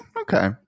Okay